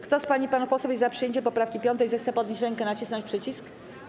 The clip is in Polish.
Kto z pań i panów posłów jest za przyjęciem poprawki 5., zechce podnieść rękę i nacisnąć przycisk.